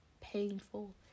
painful